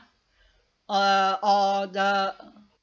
or or the